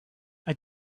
then